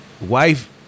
Wife